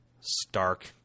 stark